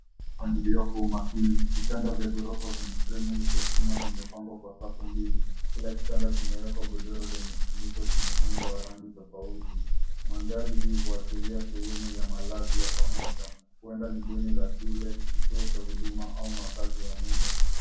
Mpangilio kwa makini. Vitanda vya ghorofa venye fremu ya chuma vimepangwa kwa safu mbili. Kila kitanda kimewekwa godoro lenye kifuniko chenye muundo wa rangi tofauti. Mandhari hii huashiria sehemu ya malazi ya pamoja huenda ni bweni la shule, kituo cha huduma au makazi ya muda.